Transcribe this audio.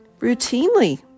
routinely